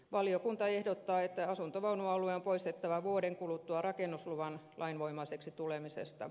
valiokunta ehdottaa että asuntovaunualue on poistettava vuoden kuluttua rakennusluvan lainvoimaiseksi tulemisesta